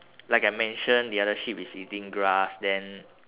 like I mentioned the other sheep is eating grass then